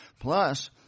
Plus